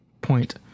point